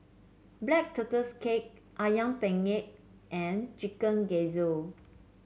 Black Tortoise Cake ayam penyet and Chicken Gizzard